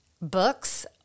books